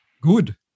good